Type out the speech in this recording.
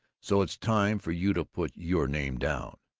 so it's time for you to put your name down.